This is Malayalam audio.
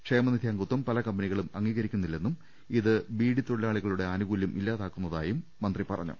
ക്ഷേമനിധി അംഗത്വം പല കമ്പനികളും അംഗീകരിക്കുന്നില്ലെന്നും ഇത് ബീഡിത്തൊഴിലാളികളുടെ ആനുകൂല്യം ഇല്ലാ താക്കുന്നുവെന്നും മന്ത്രി പറഞ്ഞു